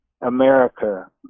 America